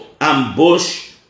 ambush